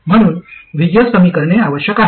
म्हणून VGS कमी करणे आवश्यक आहे